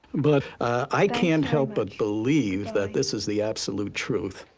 but i can't help but believe that this is the absolute truth.